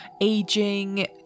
aging